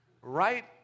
Right